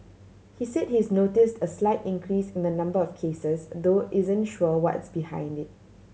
he said he's noticed a slight increase in the number of cases though isn't sure what's behind it